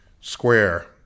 square